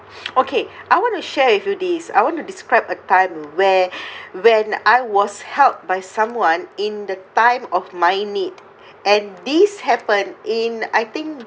okay I want to share with you this I want to describe a time where when I was helped by someone in the time of my need and these happen in I think